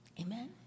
Amen